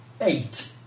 Eight